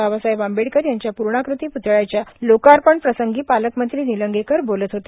बाबासाहेब आंबेडकर यांच्या पूर्णाकृती प्तळ्याच्या लोकार्पण प्रसंगी पालकमंत्री निलंगेकर बोलत होते